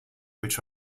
which